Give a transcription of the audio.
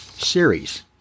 series